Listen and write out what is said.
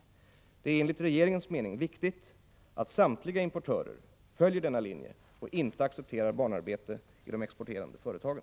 Det är enligt regeringens mening viktigt att samtliga importörer följer denna linje och inte accepterar barnarbete i de exporterande företagen.